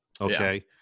okay